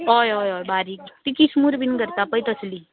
हय हय हय बारीक ती किस्मूर बीन करता पय तसलीं